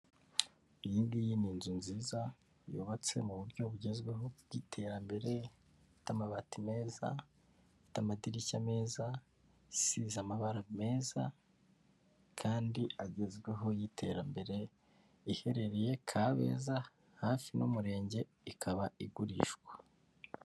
Iyi ngiyi ni inzu nziza, yubatse mu buryo bugezweho bw'iterambere, ifite amabati meza, ifite amadirishya meza, isize amabara meza kandi agezweho y'iterambere; iherereye Kabeza hafi n'umurenge ikaba igurishwa.